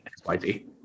XYZ